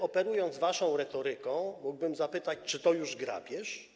Operując waszą retoryką, mógłbym zapytać, czy to już grabież.